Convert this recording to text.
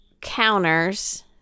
counters